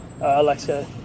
Alexa